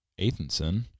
Athenson